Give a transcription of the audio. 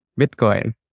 Bitcoin